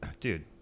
dude